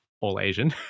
all-Asian